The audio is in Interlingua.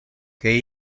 que